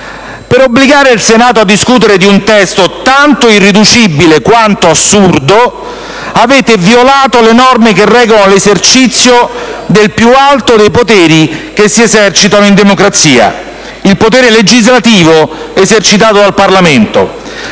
Per obbligare il Senato a discutere di un testo tanto irriducibile quanto assurdo avete violato le norme che regolano l'esercizio del più alto dei poteri che si esercitano in democrazia: il potere legislativo esercitato dal Parlamento.